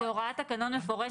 יש הוראת תקנון מפורשת.